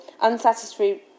unsatisfactory